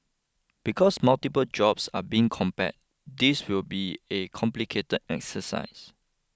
because multiple jobs are being compare this will be a complicated exercise